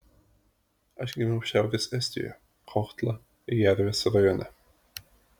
aš gimiau šiaurės estijoje kohtla jervės rajone